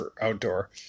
outdoor